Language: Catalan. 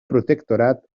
protectorat